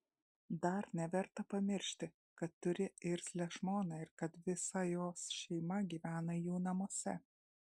dar neverta pamiršti kad turi irzlią žmoną ir kad visa jos šeima gyvena jų namuose